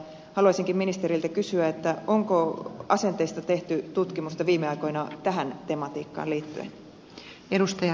haluaisinkin ministeriltä kysyä onko asenteista tehty tutkimusta viime aikoina tähän tematiikkaan liittyen